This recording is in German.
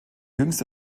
jüngste